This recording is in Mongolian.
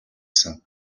сан